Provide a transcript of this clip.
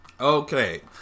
Okay